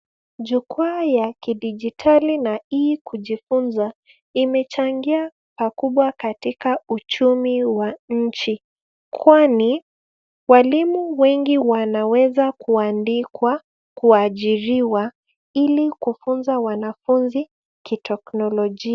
Jukwaa ya kidijitali na [E] kujifunza imechangia pakubwa katika uchumi wa nchi kwani walimu wengi wanaweza kuadikwa kuajiriwa ili kufunza wanafunzi kiteknolojia.